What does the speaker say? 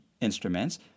instruments